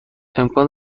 امکان